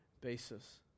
basis